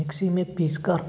mixie में पीस कर